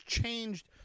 changed